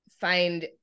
find